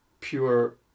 pure